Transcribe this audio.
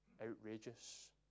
outrageous